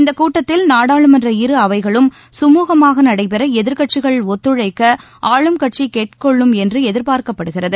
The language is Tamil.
இந்த கூட்டத்தில் நாடாளுமன்ற இருஅவைகளும் குமூகமாக நடைபெற எதிர்க்கட்சிகள் ஒத்துழைக்க ஆளும்கட்சி கேட்டுக்கொள்ளும் என்று எதிர்ப்பார்க்கப்படுகிறது